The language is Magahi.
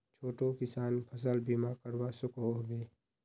छोटो किसान फसल बीमा करवा सकोहो होबे?